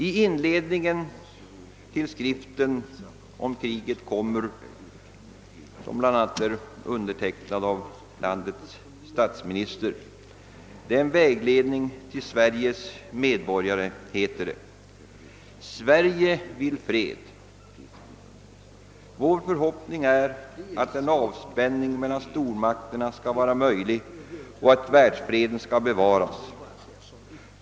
I inledningen till skriften »Om kriget kommer», som bl.a. är undertecknad av landets statsminister och som är en vägledning för Sveriges medborgare, heter det: »Sverige vill fred. Vår förhoppning är att en avspänning mellan stormakterna skall vara möjlig och att världsfreden kan bevaras.